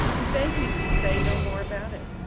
and begged me to say no more about it,